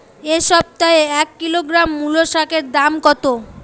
এ সপ্তাহে এক কিলোগ্রাম মুলো শাকের দাম কত?